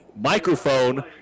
microphone